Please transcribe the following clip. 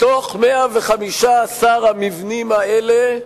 מתוך 115 המבנים האלה,